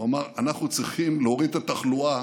הוא אמר: אנחנו צריכים להוריד את התחלואה